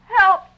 Help